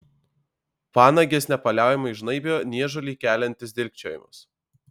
panages nepaliaujamai žnaibė niežulį keliantis dilgčiojimas